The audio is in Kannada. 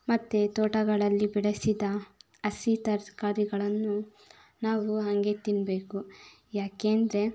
ಮತ್ತು ತೋಟಗಳಲ್ಲಿ ಬೆಳೆಸಿದ ಹಸಿ ತರಕಾರಿಗಳನ್ನು ನಾವು ಹಾಗೆ ತಿನ್ನಬೇಕು ಯಾಕೆ ಅಂದರೆ